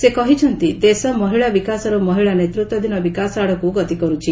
ସେ କହିଛନ୍ତି ଦେଶ ମହିଳା ବିକାଶରୁ ମହିଳା ନେତୃତ୍ୱାଧୀନ ବିକାଶ ଆଡ଼କୁ ଗତିକରୁଛି